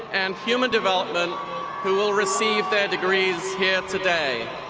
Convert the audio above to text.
and human development who will receive their degrees here today.